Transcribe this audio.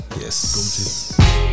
Yes